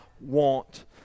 want